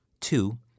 Two